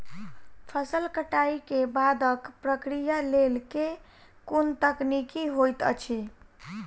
फसल कटाई केँ बादक प्रक्रिया लेल केँ कुन तकनीकी होइत अछि?